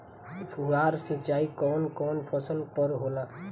फुहार सिंचाई कवन कवन फ़सल पर होला?